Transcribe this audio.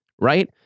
right